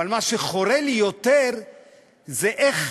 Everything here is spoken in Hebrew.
אבל מה שחורה לי יותר זה איך